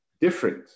different